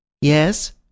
Yes